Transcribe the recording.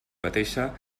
mateixa